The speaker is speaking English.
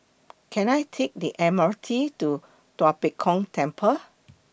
Can I Take The M R T to Tua Pek Kong Temple